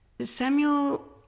Samuel